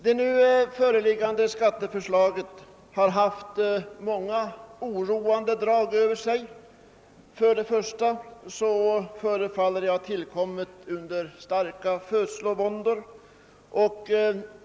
Det nu föreliggande skatteförslaget har haft många oroande drag. Först och främst förefaller det ha tillkommit under starka födslovåndor.